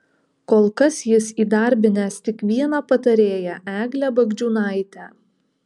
kol kas jis įdarbinęs tik vieną patarėją eglę bagdžiūnaitę